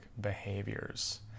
behaviors